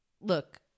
Look